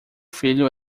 filho